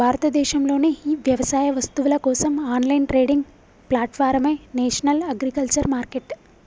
భారతదేశంలోని వ్యవసాయ వస్తువుల కోసం ఆన్లైన్ ట్రేడింగ్ ప్లాట్ఫారమే నేషనల్ అగ్రికల్చర్ మార్కెట్